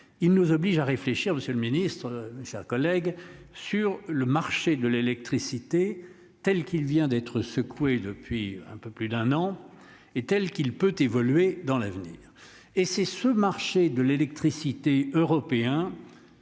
il nous oblige à réfléchir, Monsieur le Ministre, chers collègues. Sur le marché de l'électricité telles qu'il vient d'être secouée depuis un peu plus d'un an est telle qu'il peut évoluer dans l'avenir et c'est ce marché de l'électricité européen.